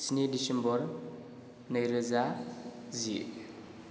स्नि डिसेम्बर नैरोजा जि